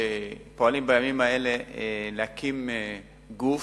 פועלים בימים האלה להקים גוף,